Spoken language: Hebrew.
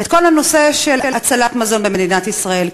בכל הנושא של הצלת מזון במדינת ישראל.